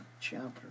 chapter